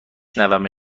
همه